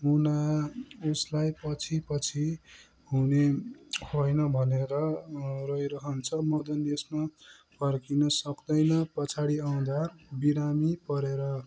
मुना उसलाई पछि पछि हुने होइन भनेर रोइरहन्छ मदन यसमा फर्किन सक्दैन पछाडि आउँदा बिरामी परेर